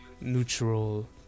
neutral